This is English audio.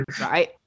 right